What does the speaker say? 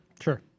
sure